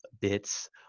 bits